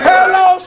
Hello